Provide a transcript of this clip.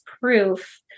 proof